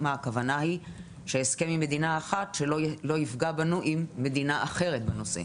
הכוונה היא שהסכם עם מדינה אחת לא יפגע בנו עם מדינה אחרת בנושא.